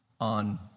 on